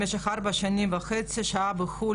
במשך ארבע שנים וחצי שהו בחו"ל,